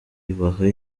ibaha